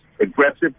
aggressive